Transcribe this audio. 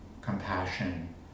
compassion